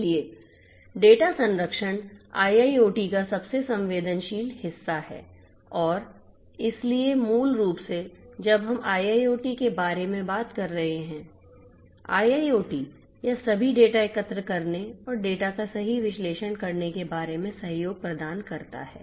इसलिए डेटा संरक्षण IIoT का सबसे संवेदनशील हिस्सा है और इसलिए मूल रूप से जब हम IIoT के बारे में बात कर रहे हैं IIoT यह सभी डेटा एकत्र करने और डेटा का सही विश्लेषण करने के बारे में सहयोग प्रदान करता है